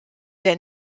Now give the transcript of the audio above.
der